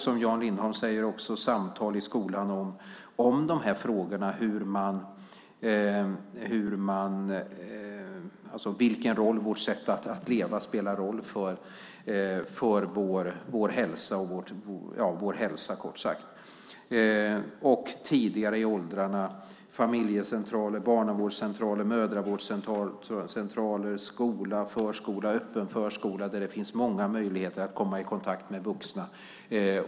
Som Jan Lindholm säger kan man också föra samtal i skolan om de här frågorna och vilken roll vårt sätt att leva spelar för vår hälsa. Tidigare i åldrarna handlar det om familjecentraler, barnavårdscentraler, mödravårdscentraler, skola, förskola och öppen förskola där det finns många möjligheter att komma i kontakt med vuxna.